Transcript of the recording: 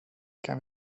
kan